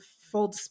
full